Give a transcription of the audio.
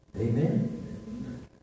Amen